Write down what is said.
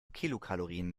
kilokalorien